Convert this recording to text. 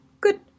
good